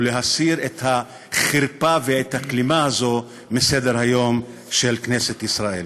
ולהסיר את החרפה ואת הכלימה הזו מסדר-היום של כנסת ישראל.